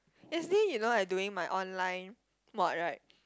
yesterday you know I doing my online mod right